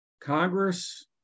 congress